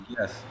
yes